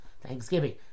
Thanksgiving